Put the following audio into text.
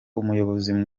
ubuyobozi